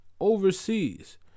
overseas